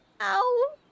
Ow